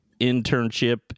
internship